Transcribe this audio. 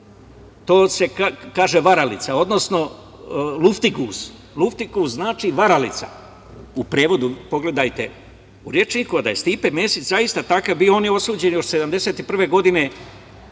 To se kaže varalica, odnosno luftiguz. Luftiguz znači varalica u prevodu pogledajte u rečniku, a da je Stipe Mesić zaista takav bio, on je osuđen još 1971. godine